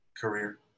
career